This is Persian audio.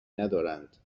ندارند